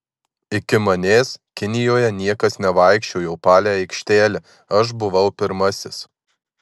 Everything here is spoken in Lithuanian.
iki manęs kinijoje niekas nevaikščiojo palei aikštelę aš buvau pirmasis